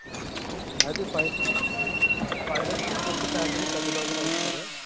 అది five five days trip వచ్చి package thirty thousand అవుతుంది సార్